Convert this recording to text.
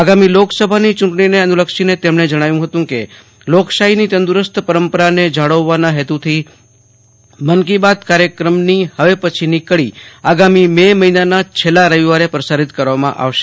આગામી લોકસભાની ચૂંટણીને અનુલક્ષીને તેમણે જણાવ્યું હતું કે લોકશાહીની તંદુરસ્ત પરંપરાને જાળવવાના હેતુથી મન કી બાત કાર્યક્રમના હવે પછીની કડી આગામી મે મહિનાના છેલ્લા રવિવારે પ્રસારિત કરવામાં આવશે